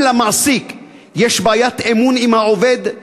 אם למעסיק יש בעיית אמון עם העובד,